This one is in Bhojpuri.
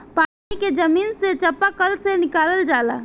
पानी के जमीन से चपाकल से निकालल जाला